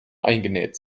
eingenäht